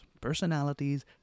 personalities